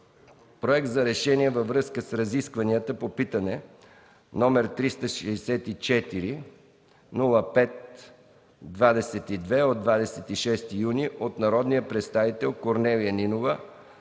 Проект за решение във връзка с разискванията по питане № 364-05-22 от 26 юни 2013 г. от народния представител Корнелия Нинова